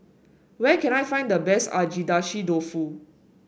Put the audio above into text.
where can I find the best Agedashi Dofu